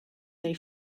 they